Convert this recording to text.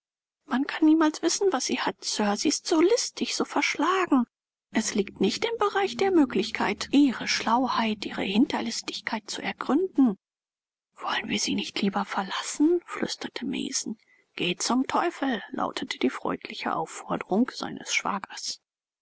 man kann niemals wissen was sie hat sir sie ist so listig so verschlagen es liegt nicht im bereich der möglichkeit ihre schlauheit ihre hinterlistigkeit zu ergründen wollen wir sie nicht lieber verlassen flüsterte mason geh zum teufel lautete die freundliche aufforderung seines schwagers